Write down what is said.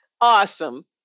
Awesome